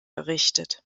errichtet